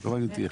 אין להם רצף.